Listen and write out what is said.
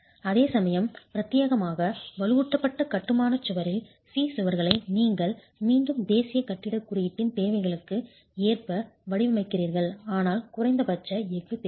அதேசமயம் பிரத்யேகமாக வலுவூட்டப்பட்ட கட்டுமானச் சுவர்களில் C சுவர்களை நீங்கள் மீண்டும் தேசிய கட்டிடக் குறியீட்டின் தேவைகளுக்கு ஏற்ப வடிவமைக்கிறீர்கள் ஆனால் குறைந்தபட்சம் எஃகு தேவைப்படும்